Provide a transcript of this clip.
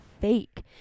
fake